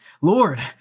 Lord